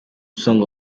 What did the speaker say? song